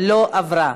לא עברה.